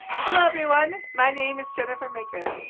hello, everyone. my name is jennifer maker.